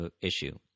issue